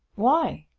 why?